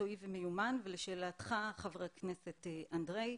ולשאלתך, חבר הכנסת אנדרי,